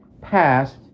passed